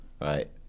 right